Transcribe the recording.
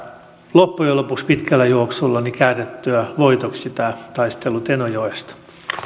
loppujen lopuksi pitkällä juoksulla käännettyä voitoksi tämän taistelun tenojoesta